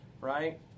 right